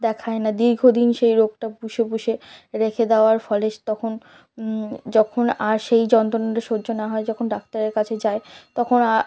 দেখায় না দীর্ঘদিন সেই রোগটা পুষে পুষে রেখে দেওয়ার ফলে তখন যখন আর সেই যন্ত্রণাটা সহ্য না হয় যখন ডাক্তারের কাছে যায় তখন আর